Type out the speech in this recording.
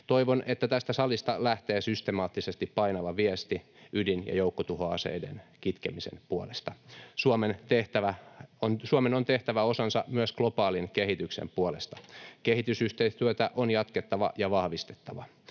Toivon, että tästä salista lähtee systemaattisesti painava viesti ydin- ja joukkotuhoaseiden kitkemisen puolesta. Suomen on tehtävä osansa myös globaalin kehityksen puolesta. Kehitysyhteistyötä on jatkettava ja vahvistettava.